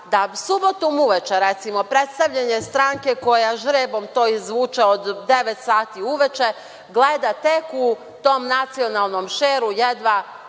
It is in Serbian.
da subotom uveče, recimo, predstavljanje stranke koja žrebom to izvuče od 9,00 sati uveče, gleda tek u tom nacionalnom šeru, jedva